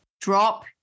drop